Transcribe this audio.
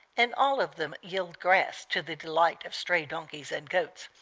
and all of them yield grass to the delight of stray donkeys and goats.